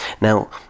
now